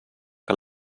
que